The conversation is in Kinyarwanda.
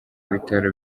bitaro